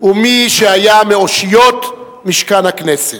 ומי שהיה מאושיות המשכן זה.